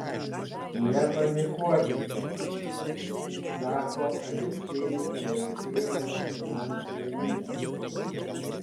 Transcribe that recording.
nepanikuokite sako aleksejus moisejevas finansų ministras